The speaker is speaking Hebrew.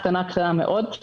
קטנה מאוד.